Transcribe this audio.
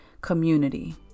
community